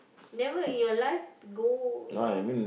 never in your life go like